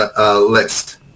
list